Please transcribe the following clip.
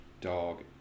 dog